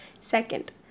Second